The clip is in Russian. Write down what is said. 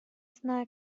зная